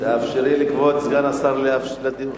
תאפשרי לכבוד סגן השר להמשיך.